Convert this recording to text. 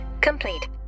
complete